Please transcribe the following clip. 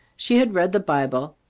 she had read the bible,